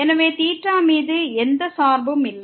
எனவே மீது எந்த சார்பும் இல்லை